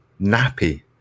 nappy